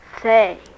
Say